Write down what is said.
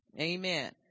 Amen